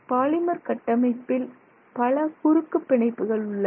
polymer கட்டமைப்பில் பல குறுக்குப் பிணைப்புகள் உள்ளன